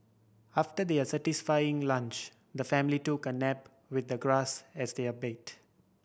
after their satisfying lunch the family took a nap with the grass as their bed